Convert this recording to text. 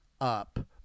up